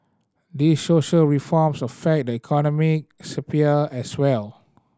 these social reforms affect the economic sphere as well